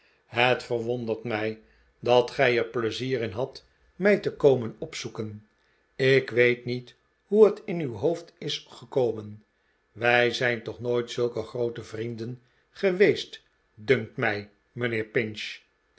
het verwondert mij f dat gij er pleizier in hadt mij te komen opzoeken ik weet niet hoe het in uw hoofd is gekomen wij zijn toch nooit zulke groote vrienden geweest dunkt mij mijnheer pinch